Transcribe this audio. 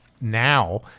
now